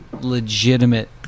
legitimate